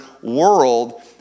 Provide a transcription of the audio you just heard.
world